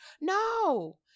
No